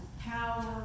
power